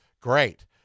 great